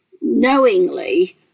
knowingly